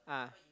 ah